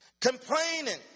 complaining